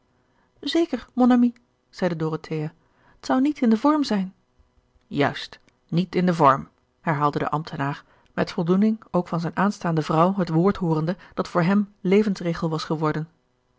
zeker mon ami zeide dorothea t zou niet in den vorm zijn juist niet in den vorm herhaalde de ambtenaar met voldoening ook van zijne aanstaande vrouw het gerard keller het testament van mevrouw de tonnette woord hoorende dat voor hem levensregel was geworden